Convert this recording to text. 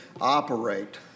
operate